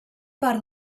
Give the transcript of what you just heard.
part